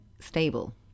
stable